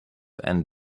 and